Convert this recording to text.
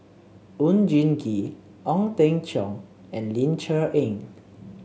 Oon Jin Gee Ong Teng Cheong and Ling Cher Eng